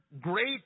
great